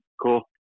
cool